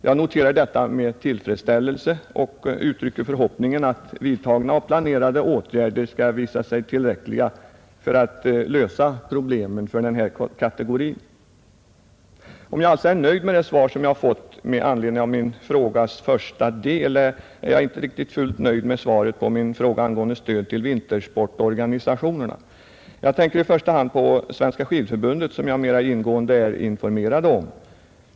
Jag noterar detta med tillfredsställelse och uttrycker förhoppningen att vidtagna och planerade åtgärder skall visa sig tillräckliga för att lösa problemen för den här kategorin. Om jag alltså är nöjd med det svar som jag fått med anledning av min frågas första del, är jag inte fullt nöjd med svaret på min fråga angående stöd till vintersportorganisationerna. Jag tänker i första hand på Svenska skidförbundet, som jag mera ingående är informerad om.